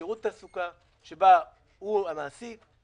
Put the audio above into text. בשירות התעסוקה, שבו הוא העובד ממלא.